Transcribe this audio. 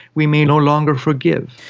we may no longer forgive.